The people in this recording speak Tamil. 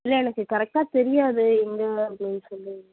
இல்லை எனக்கு கரெக்ட்டாக தெரியாது எங்கெங்கலாம் இருக்கும்ன்னு சொல்லி